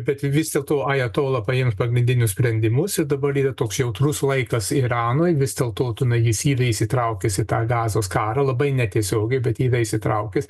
bet vis dėlto ajatola paim pagrindinius sprendimus ir dabar yra toks jautrus laikas iranui vis dėlto tu na jis yra įsitraukęs į tą gazos karą labai netiesiogiai bet yra įsitraukęs